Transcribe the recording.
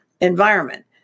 environment